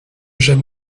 j’aime